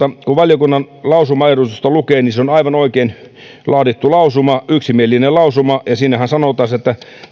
kun valiokunnan lausumaehdotusta lukee se on aivan oikein laadittu lausuma yksimielinen lausuma ja siinähän sanotaan se että